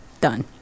Done